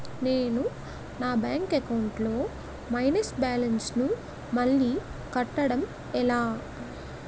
నేను నా bank account లొ మైనస్ బాలన్స్ ను మళ్ళీ కట్టడం ఎలా?